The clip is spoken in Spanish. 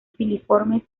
filiformes